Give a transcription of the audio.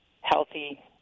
healthy